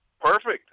Perfect